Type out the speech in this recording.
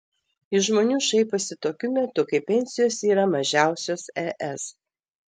iš žmonių šaiposi tokiu metu kai pensijos yra mažiausios es